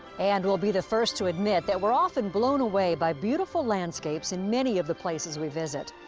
and we'll be the first to admit that we're often blown away by beautiful landscapes in many of the places we visit.